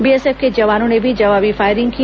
BSF के जवानों ने भी जवाबी फायरिंग की